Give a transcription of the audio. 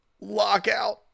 lockout